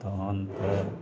तहन तऽ